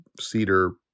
cedar